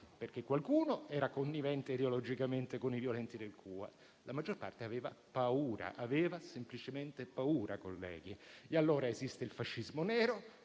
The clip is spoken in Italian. Perché qualcuno era connivente ideologicamente con i violenti del CUA e la maggior parte aveva paura: aveva semplicemente paura, colleghi. Allora, esiste il fascismo nero,